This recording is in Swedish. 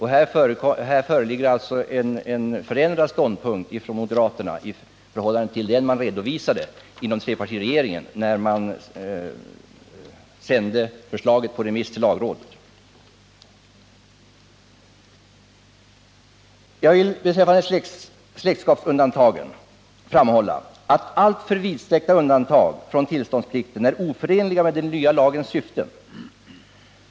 Här föreligger alltså en förändrad ståndpunkt från moderaterna i förhållande till den man redovisade inom trepartiregeringen när förslaget sändes på remiss till lagrådet. Jag vill beträffande släktskapsundantagen framhålla att alltför vidsträckta undantag från tillståndsplikten är oförenliga med den nya lagens syften.